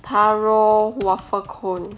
taro waffle cone